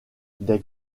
des